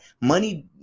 money